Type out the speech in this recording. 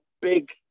big